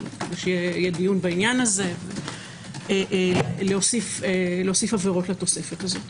שיהיה דיון בעניין - להוסיף עבירות לתוספת הזו.